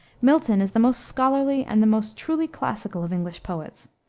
milton is the most scholarly and the most truly classical of english poets.